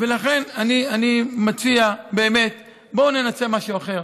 לכן, אני מציע, באמת, בואו ננסה משהו אחר.